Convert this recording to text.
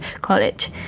college